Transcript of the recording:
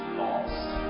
lost